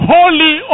holy